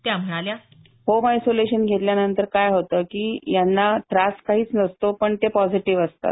त्या म्हणाल्या home isolation घेतल्यानंतर काय होत की यांना त्रास काहीच नसतो पण ते पॉझिटिव्ह असतात